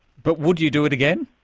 but would you do it again?